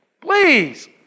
Please